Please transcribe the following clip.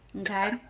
Okay